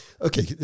Okay